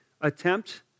attempt